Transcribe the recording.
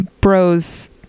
bros